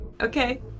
Okay